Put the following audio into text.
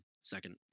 second